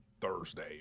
Thursday